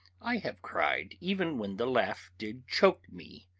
i have cried even when the laugh did choke me.